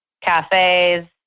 cafes